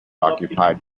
occupied